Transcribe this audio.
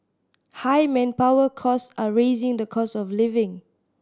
high manpower cost are raising the cost of living